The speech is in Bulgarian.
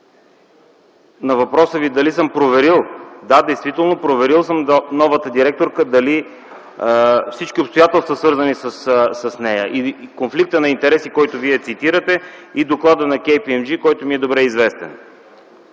на въпроса дали съм проверил, да, действително съм проверил новата директорка дали всички обстоятелства, свързани с нея, и конфликта на интереси, който Вие цитирате, и доклада на KPMG, който ми е добре известен.